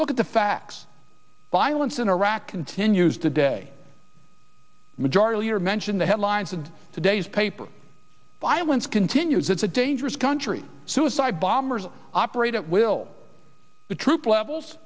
look at the facts violence in iraq continues today majority leader mention the headlines and today's paper violence continues it's a dangerous country suicide bombers operate at will the troop levels